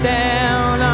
down